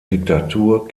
diktatur